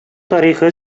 тарихы